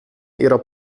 ihrer